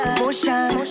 motion